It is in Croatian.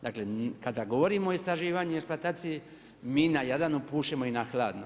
Dakle, kada govorimo o istraživanju i eksploataciji mi na Jadranu pušemo i na hladno.